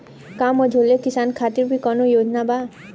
का मझोले किसान खातिर भी कौनो योजना बा?